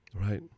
right